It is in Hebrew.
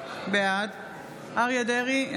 בעד אריה מכלוף דרעי,